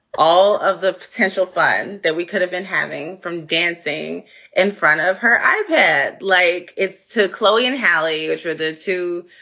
all of the potential fun that we could have been having from dancing in front of her. i've had like two chloe and hally, which were the two.